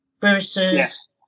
versus